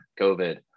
COVID